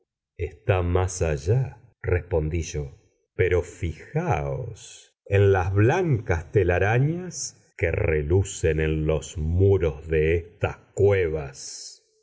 está más allá respondí yo pero fijaos en las blancas telarañas que relucen en los muros de estas cuevas